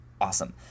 Awesome